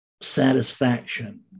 satisfaction